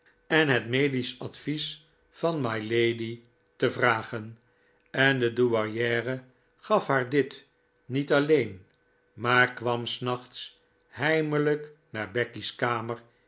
en het medisch advies van mylady te vragen en de douairiere gaf haar dit niet alleen maar kwam s nachts heimelijk naar becky's kamer